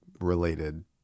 related